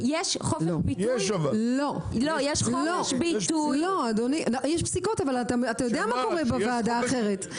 לא, יש פסיקות אבל אתה יודע מה קורה בוועדה אחרת.